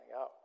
out